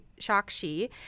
Shakshi